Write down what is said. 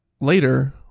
later